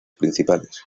principales